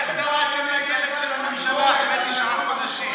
איך קראתם לילד של הממשלה אחרי תשעה חודשים?